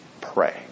pray